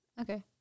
Okay